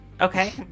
Okay